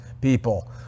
people